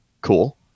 cool